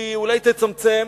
היא אולי תצמצם